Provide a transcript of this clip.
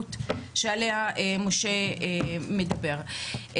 המציאות שעליה משה מדבר.